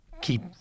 keep